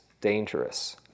dangerous